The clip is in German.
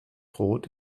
rot